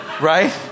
Right